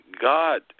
God